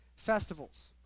festivals